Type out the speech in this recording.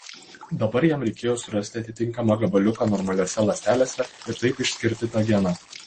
dabar jam reikėjo surasti atitinkamą gabaliuką normaliose ląstelėse ir taip išskirti tą geną